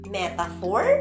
metaphor